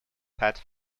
pat